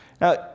Now